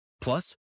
Plus